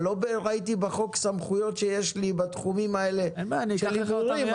אבל לא ראיתי בחוק סמכויות שיש לי בתחומים האלה של הימורים,